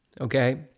okay